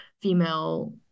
female